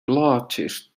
largest